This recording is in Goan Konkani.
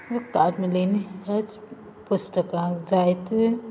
कार्मेलीन हेच पुस्तकांत जायते